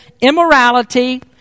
immorality